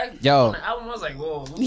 yo